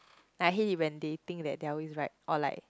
I hate it when they think that they are always right or like